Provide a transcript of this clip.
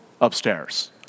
upstairs